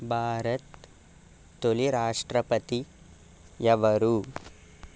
భారత్ తొలి రాష్ట్రపతి ఎవరు